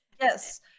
Yes